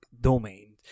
domain